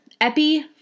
Epi